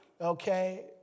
okay